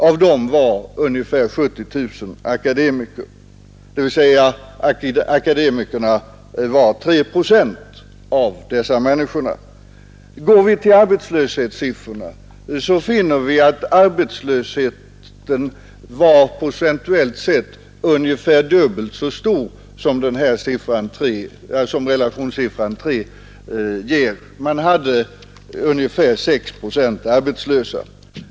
Av dem var ungefär 70 000 akademiker, dvs. akademikerna var 3 procent av dessa människor. Deras andel av de arbetslösa var emellertid nära 6 procent. Det betyder att arbetslösheten bland akademikerna var ungefär dubbelt så stor som i övriga kategorier.